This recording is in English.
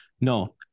No